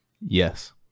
Yes